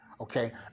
okay